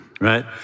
right